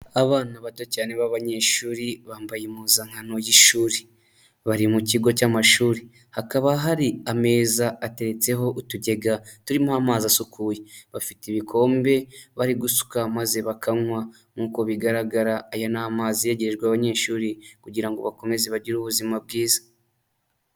Abana bato cyane b'abanyeshuri bambaye impuzankano y'ishuri, bari mu kigo cy'amashuri, hakaba hari ameza atetseho utugega turimo amazi asukuye, bafite ibikombe bari gusuka maze bakanywa, nkuko bigaragara aya ni amazi yegerejwe abanyeshuri kugira ngo bakomeze bagire ubuzima bwiza.